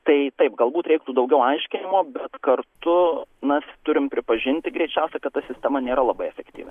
tai taip galbūt reiktų daugiau aiškino bet kartu mes turim pripažinti greičiausia kad ta sistema nėra labai efektyvi